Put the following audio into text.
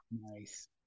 nice